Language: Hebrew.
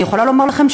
אני יכולה לומר לכם,